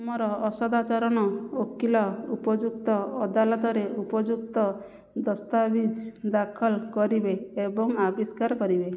ତୁମର ଅସଦାଚରଣ ଓକିଲ ଉପଯୁକ୍ତ ଅଦାଲତରେ ଉପଯୁକ୍ତ ଦସ୍ତାବିଜ ଦାଖଲ କରିବେ ଏବଂ ଆବିଷ୍କାର କରିବେ